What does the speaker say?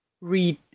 read